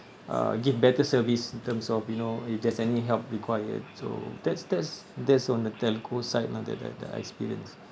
uh give better service in terms of you know if there's any help required so that's that's that's on the telco side lah the the experience